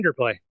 underplay